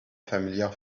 familiar